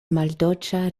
maldolĉa